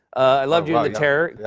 i loved you in the terror.